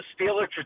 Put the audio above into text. Steeler